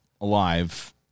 alive